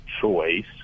choice